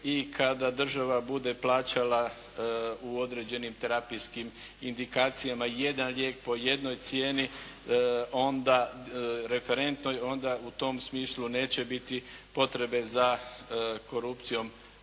i kada država bude plaćala u određenim terapijskim indikacijama jedan lijek po jednoj cijeni referentnoj, onda u tom smislu neće biti potrebe za korupcijom